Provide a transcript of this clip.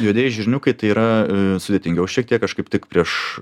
juodieji žirniukai tai yra sudėtingiau šiek tiek aš kaip tik prieš